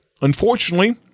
Unfortunately